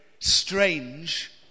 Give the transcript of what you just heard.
strange